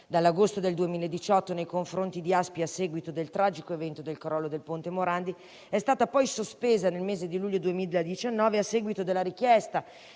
dall'agosto del 2018 nei confronti di Autostrade per l'Italia SpA a seguito del tragico evento del crollo del ponte Morandi, è stata poi sospesa nel mese di luglio 2019, a seguito della richiesta,